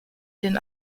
den